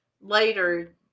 later